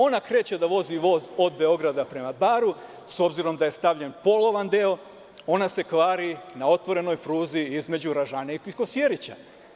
Ona kreće da vozi voz od Beograda prema Baru, s obzirom da je stavljen polovan deo ona se kvari na otvorenoj pruzi između Ražane i Kosjerića.